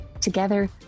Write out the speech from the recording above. Together